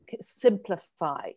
simplify